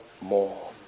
more